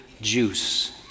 juice